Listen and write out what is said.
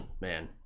man